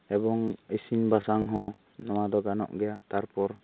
ᱮᱵᱚᱝ ᱤᱥᱤᱱ ᱵᱟᱥᱟᱝ ᱦᱚᱸ ᱱᱚᱣᱟᱫᱚ ᱜᱟᱱᱚᱜ ᱜᱮᱭᱟ ᱛᱟᱨᱯᱚᱨ